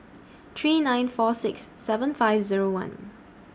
three nine four six seven five Zero one